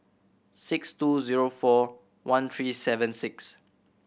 six two zero four one three seven six